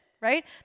right